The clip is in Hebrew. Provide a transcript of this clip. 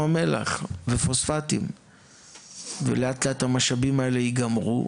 המלח ופוספטים ולאט לאט המשאבים האלה ייגמרו,